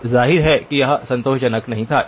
अब जाहिर है कि यह संतोषजनक नहीं था